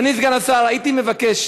אדוני סגן השר, הייתי מבקש: